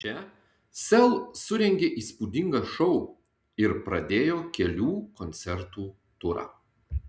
čia sel surengė įspūdingą šou ir pradėjo kelių koncertų turą